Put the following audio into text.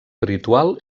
ritual